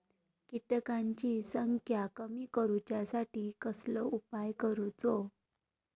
किटकांची संख्या कमी करुच्यासाठी कसलो उपाय करूचो?